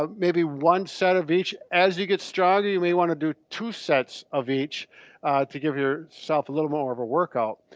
ah maybe one set of each. as you get strong you may wanna do two sets of each to give your self a little more of a workout.